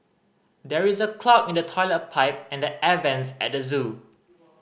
there is a clog in the toilet pipe and the air vents at the zoo